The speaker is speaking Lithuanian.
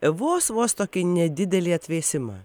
vos vos tokį nedidelį atvėsimą